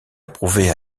approuvée